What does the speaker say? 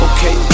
Okay